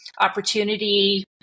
opportunity